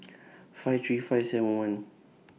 five three five seven one